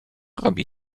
robi